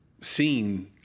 seen